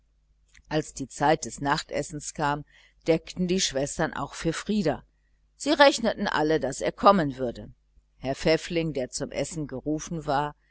als die zeit des nachtessens kam deckten die schwestern auch für frieder sie rechneten alle daß er kommen würde herr pfäffling der zum essen gerufen war